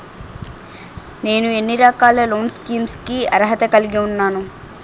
నేను ఎన్ని రకాల లోన్ స్కీమ్స్ కి అర్హత కలిగి ఉన్నాను?